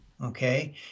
okay